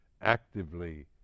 actively